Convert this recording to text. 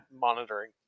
monitoring